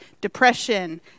depression